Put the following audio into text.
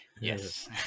Yes